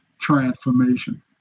transformation